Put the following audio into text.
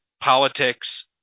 politics